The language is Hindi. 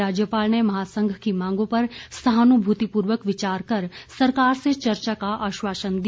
राज्यपाल ने महासंघ की मांगों पर सहानुभूतिपूर्वक विचार कर सरकार से चर्चा का आश्वासन दिया